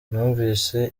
numvise